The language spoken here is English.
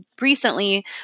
recently